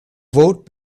vote